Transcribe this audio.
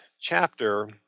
chapter